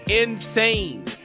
insane